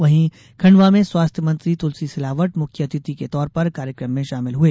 वहीं खंडवा में स्वास्थ्य मंत्री तुलसी सिलावट मुख्य अतिथि के तौर पर कार्यक्रम में शामिल हुए